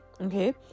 Okay